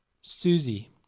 Susie